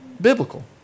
biblical